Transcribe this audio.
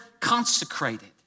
consecrated